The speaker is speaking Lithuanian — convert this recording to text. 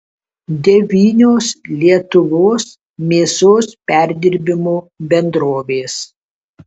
devynios lietuvos mėsos perdirbimo bendrovės